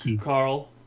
Carl